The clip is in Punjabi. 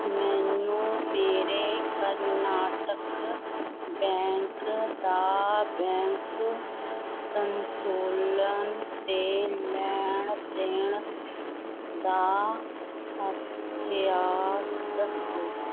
ਮੈਨੂੰ ਮੇਰੇ ਕਰਨਾਟਕ ਬੈਂਕ ਦਾ ਬੈਂਕ ਸੰਤੁਲਨ ਅਤੇ ਲੈਣ ਦੇਣ ਦਾ ਇਤਿਹਾਸ ਦੱਸੋ